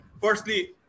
firstly